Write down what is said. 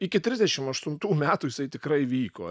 iki trisdešim aštuntų metų jisai tikrai vyko